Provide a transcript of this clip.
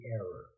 error